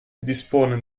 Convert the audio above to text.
dispone